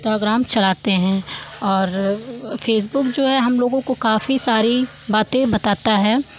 Instagram चलाते हैं और फ़ेसबुक जो है हम लोगों को काफ़ी सारी बातें बताता है